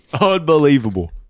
unbelievable